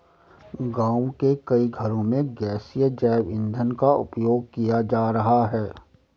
गाँव के कई घरों में गैसीय जैव ईंधन का उपयोग किया जा रहा है